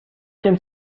can